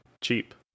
cheap